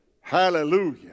Hallelujah